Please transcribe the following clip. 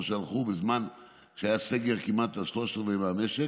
שהלכו בזמן שהיה סגר של כמעט שלושת רבעי מהמשק,